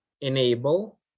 enable